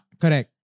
Correct